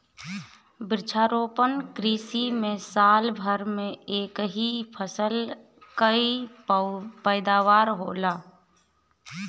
वृक्षारोपण कृषि में साल भर में एक ही फसल कअ पैदावार होला